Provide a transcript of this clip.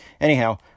anyhow